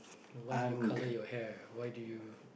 why did you colour your hair why did you